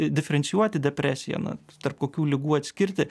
diferencijuoti depresiją na tarp kokių ligų atskirti